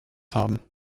haben